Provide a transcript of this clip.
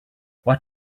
what